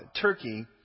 Turkey